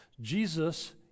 Jesus